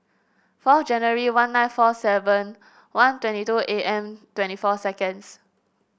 four January one nine four seven one twenty two A M twenty four seconds